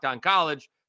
college